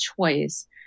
choice